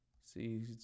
See